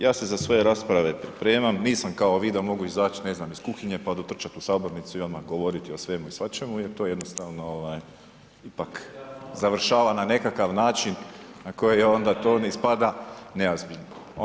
Ja se za svoje rasprave pripremam, nisam kao vi da mogu izaći ne znam iz kuhinje pa dotrčati u sabornicu i odmah govoriti o svemu i svačemu jer to jednostavno ipak završava na nekakav način na koji onda to ne ispada neozbiljno.